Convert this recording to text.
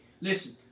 Listen